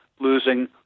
losing